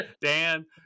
Dan